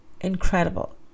incredible